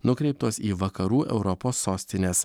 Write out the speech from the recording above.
nukreiptos į vakarų europos sostines